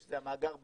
שזה המאגר בקפריסין,